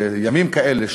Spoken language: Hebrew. בימים כאלה,